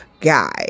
Guy